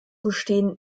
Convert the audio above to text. bestehen